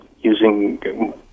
using